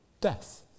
death